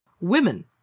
Women